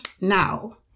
now